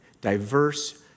diverse